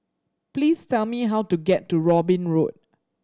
please tell me how to get to Robin Road